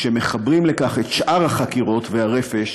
כשמחברים לכך את שאר החקירות והרפש